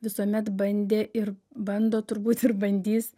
visuomet bandė ir bando turbūt ir bandys